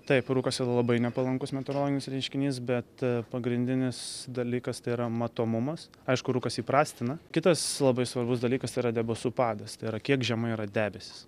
taip rūkas yra labai nepalankus meteorologinis reiškinys bet pagrindinis dalykas tai yra matomumas aišku rūkas jį prastina kitas labai svarbus dalykas tai yra debesų padas tai yra kiek žemai yra debesys